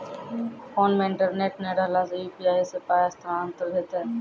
Phone मे internet नै रहला सॅ, यु.पी.आई सॅ पाय स्थानांतरण हेतै?